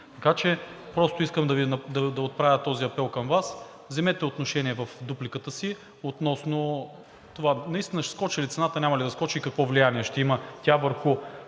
Така че просто искам да отправя този апел към Вас: вземете отношение в дупликата си относно това дали наистина ще скочи цената, или няма да скочи и какво влияние ще има тя върху